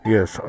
Yes